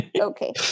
Okay